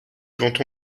quand